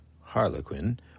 Harlequin